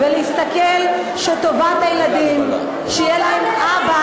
להסתכל על כך שטובת הילדים היא שיהיה להם אבא